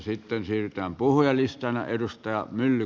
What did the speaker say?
sitten siirrytään puhujalistaan